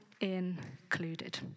included